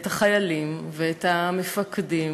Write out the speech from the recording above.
את החיילים ואת המפקדים,